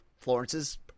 Florence's